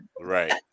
Right